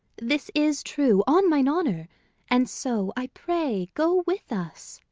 this is true, on mine honour and so, i pray, go with us.